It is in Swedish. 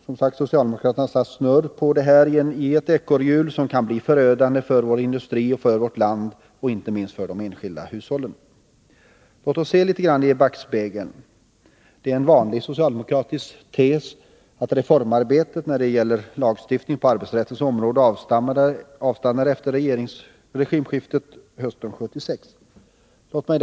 Socialdemokraterna har satt snurr på ”ekorrhjulet” i det här fallet, och det kan bli förödande för vår industri och för vårt land samt inte minst för de enskilda hushållen. Låt oss se litet i backspegeln. En vanlig socialdemokratisk tes är att reformarbetet när det gäller lagstiftningen på arbetsrättens område avstannade efter regimskiftet hösten 1976.